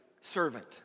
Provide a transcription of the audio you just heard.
servant